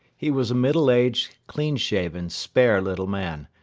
he was a middle-aged, clean shaven, spare little man,